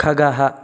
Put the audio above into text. खगः